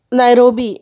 Nairobi